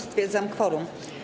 Stwierdzam kworum.